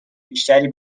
بیشتری